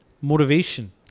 motivation